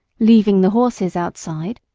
leaving the horses outside?